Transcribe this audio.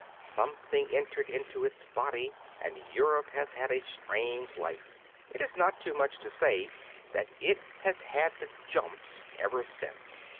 something entered into its body. and europe has had a strange life it is not too much to say that it has had the jumps ever since.